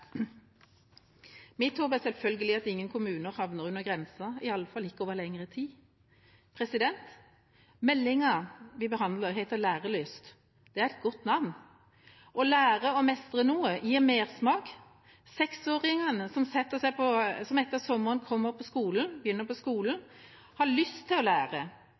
Mitt håp er selvfølgelig at ingen kommuner havner under grensen, i alle fall ikke over lengre tid. Meldinga vi behandler, heter Lærelyst. Det er et godt navn. Å lære og å mestre noe gir mersmak. Seksåringene som etter sommeren begynner på skolen, har lyst til å lære.